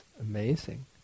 amazing